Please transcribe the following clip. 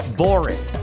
boring